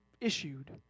issued